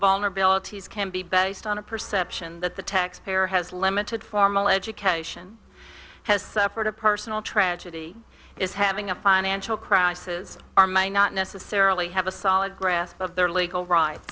vulnerabilities can be best on a perception that the taxpayer has limited formal education has suffered a personal tragedy is having a financial crisis or may not necessarily have a solid grasp of their legal rights